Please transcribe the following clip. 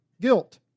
guilt